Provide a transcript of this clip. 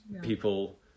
people